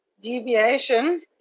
deviation